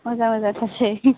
मोजां मोजांथारसै